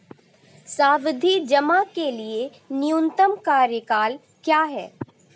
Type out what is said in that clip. सावधि जमा के लिए न्यूनतम कार्यकाल क्या है?